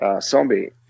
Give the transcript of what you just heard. Zombie